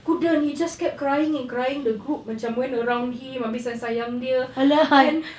couldn't he just kept crying and crying the group macam went around him abeh sayang sayang dia and